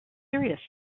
serious